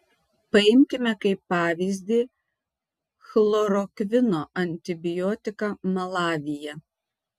paimkime kaip pavyzdį chlorokvino antibiotiką malavyje